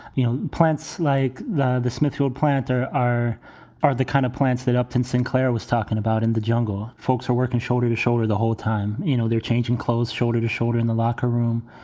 you know, plants like the the smithfield plant are are are the kind of plants that upton sinclair was talking about in the jungle. folks are working shoulder to shoulder the whole time. you know, they're changing clothes shoulder to shoulder in the locker room.